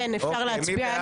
כן, אפשר להצביע.